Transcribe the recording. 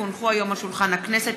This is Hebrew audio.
כי הונחו היום על שולחן הכנסת,